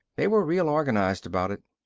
they were real organized about it.